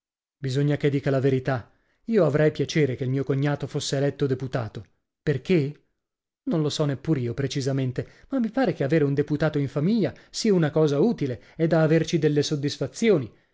bisogna che dica la verità io avrei piacere che il mio cognato fosse eletto deputato perché non lo so neppur io precisamente ma mi pare che avere un deputato in famiglia sia una cosa utile e da averci delle soddisfazioni